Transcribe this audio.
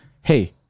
hey